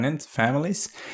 families